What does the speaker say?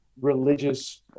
religious